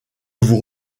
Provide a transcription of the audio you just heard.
vous